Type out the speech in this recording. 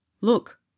Look